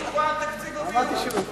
חבר הכנסת נסים זאב.